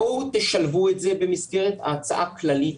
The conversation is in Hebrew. בואו תשלבו את זה במסגרת ההצעה הכללית,